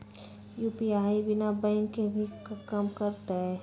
UPI बिना bank के भी कम करतै?